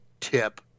tip